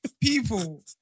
people